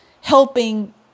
helping